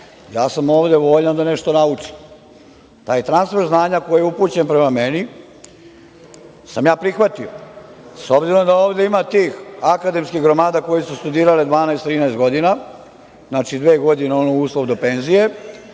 ja sam ovde voljan da nešto naučim. Taj transfer znanja koji je upućen prema meni sam ja prihvatio. S obzirom, da ovde ima tih akademskih gromada koje su studirale 12, 13 godina, znači dve godine ono uslov do penzije,